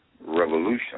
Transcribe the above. revolution